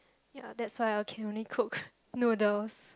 yet that's why I can only cook noodles